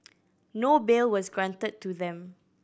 no bail was granted to them